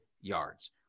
yards